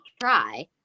try